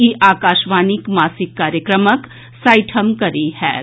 ई आकाशवाणी मासिक कार्यक्रमक साठिम कड़ी होएत